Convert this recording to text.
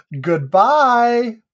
Goodbye